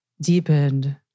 deepened